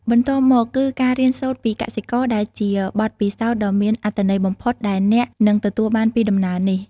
បន្ទាប់មកគឺការរៀនសូត្រពីកសិករដែលជាបទពិសោធន៍ដ៏មានអត្ថន័យបំផុតដែលអ្នកនឹងទទួលបានពីដំណើរនេះ។